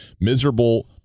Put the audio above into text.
miserable